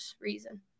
reason